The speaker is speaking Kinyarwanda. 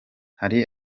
hari